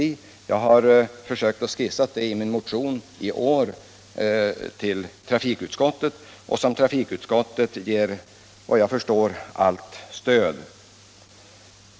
I en motion som behandlas i trafikutskottet i år har jag försökt skissa en sådan uppläggning, och vad jag förstår har trafikutskottet gett förslaget allt stöd.